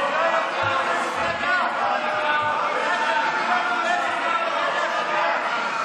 אני אומרת לחברים שלך מהליכוד: אתם יכולים להצביע אחרת.